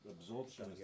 Absorption